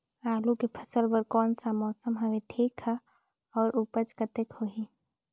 आलू के फसल बर कोन सा मौसम हवे ठीक हे अउर ऊपज कतेक होही?